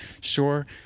Sure